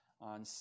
on